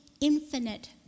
infinite